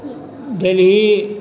Delhi